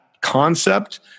concept